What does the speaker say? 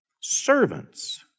servants